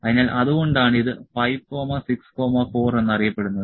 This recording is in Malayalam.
അതിനാൽ അതുകൊണ്ടാണ് ഇത് 5 6 4 എന്ന് അറിയപ്പെടുന്നത്